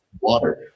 water